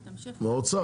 האוצר?